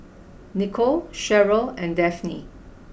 Nikko Sherryl and Daphne